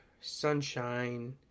sunshine